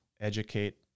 educate